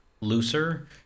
looser